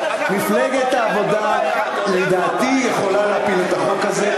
מפלגת העבודה יכולה להפיל את החוק הזה.